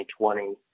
2020